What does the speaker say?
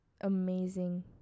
amazing